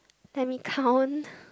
let me count